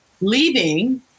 leaving